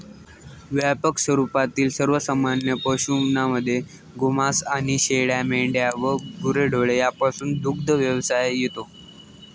व्यापक स्वरूपातील सर्वमान्य पशुधनामध्ये गोमांस आणि शेळ्या, मेंढ्या व गुरेढोरे यापासूनचा दुग्धव्यवसाय येतो